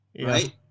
right